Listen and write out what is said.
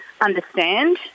understand